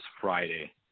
Friday